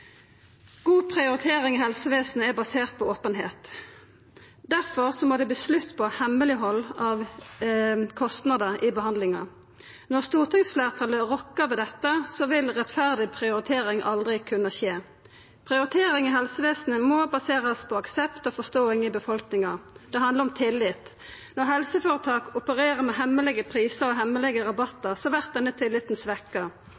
God prioritering i helsevesenet er basert på openheit. Difor må det verta slutt på hemmeleghald av kostnaden av behandlingar. Når stortingsfleirtalet rokkar ved dette, vil rettferdig prioritering aldri kunna skje. Prioritering i helsevesenet må baserast på aksept og forståing i befolkninga. Det handlar om tillit. Når helseføretak opererer med hemmelege prisar og hemmelege rabattar, vert denne tilliten svekka.